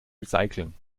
recyceln